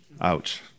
ouch